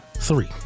Three